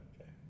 Okay